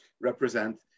represent